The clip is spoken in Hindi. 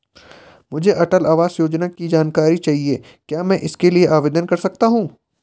मुझे अटल आवास योजना की जानकारी चाहिए क्या मैं इसके लिए आवेदन कर सकती हूँ?